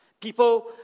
people